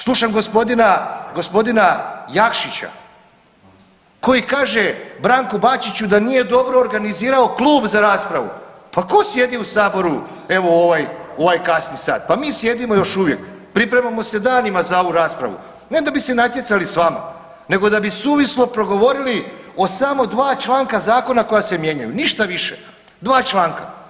Slušam gospodina, g. Jakšića koji kaže Branku Bačiću da nije dobro organizirao klub za raspravu, pa ko sjedi u saboru evo u ovaj, u ovaj kasni sat, pa mi sjedimo još uvijek, pripremamo se danima za ovu raspravu ne da bi se natjecali s vama nego da bi suvislo progovorili o samo dva članka zakona koja se mijenjaju, ništa više, dva članka.